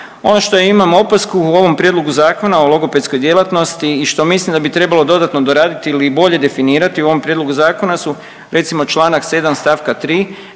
Ono što imam opasku u ovom Prijedlogu Zakona o logopedskoj djelatnosti i što mislim da bi trebalo dodatno doraditi ili bolje definirati u ovom prijedlogu zakonu su recimo Članak 7. stavka 3.